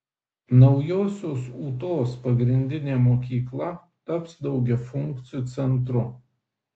naujosios ūtos pagrindinė mokykla taps daugiafunkciu centru